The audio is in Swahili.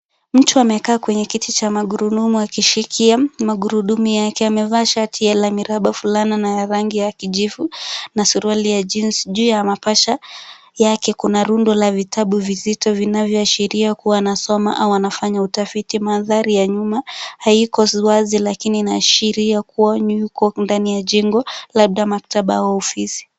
Mtu amekaa kwenye kiti cha magurudumu akishikia magurudumu yake. Amevaa shati ya la miraba, fulana na ya rangi ya kijivu na suruali ya jeans .Juu ya mapaja yake kuna rundo la vitabu vizito vinavyoashiria kuwa anasoma au anafanya utafiti. Mandhari ya nyuma haiko wazi lakini inaashiria kuwa yuko ndani ya jengo labda maktaba au ofisi.